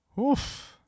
Oof